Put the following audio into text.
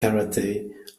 karate